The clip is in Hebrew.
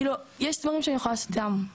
כאילו יש דברים שאני יכולה לעשות איתם,